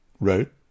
wrote